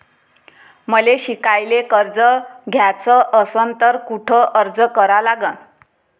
मले शिकायले कर्ज घ्याच असन तर कुठ अर्ज करा लागन?